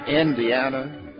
Indiana